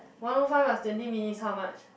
one O five plus twenty minutes is how much